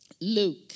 Luke